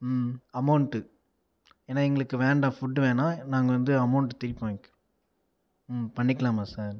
amount ஏன்னா எங்களுக்கு வேண்டாம் ஃபுட் வேணாம் நாங்கள் வந்து அமோன்ட் திருப்பி வாங்கிக்கிறோம் பண்ணிக்கலாமா சார்